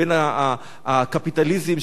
בין הקפיטליזם,